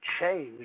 change